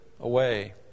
away